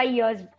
years